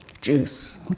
juice